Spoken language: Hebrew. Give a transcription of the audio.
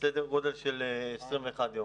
סדר-גודל של 21 יום.